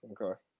Okay